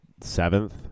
Seventh